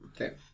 Okay